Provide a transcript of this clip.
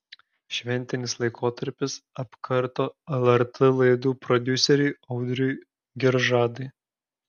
šventinis laikotarpis apkarto lrt laidų prodiuseriui audriui giržadui